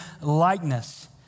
likeness